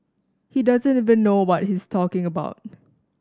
he doesn't even know what he's talking about